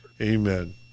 Amen